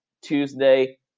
Tuesday